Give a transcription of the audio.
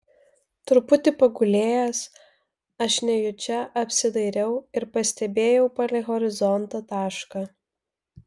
truputį pagulėjęs aš nejučia apsidairiau ir pastebėjau palei horizontą tašką